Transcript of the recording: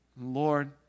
Lord